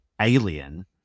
alien